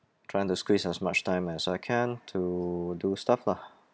trying to squeeze as much time as I can to do stuff lah